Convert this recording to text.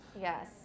Yes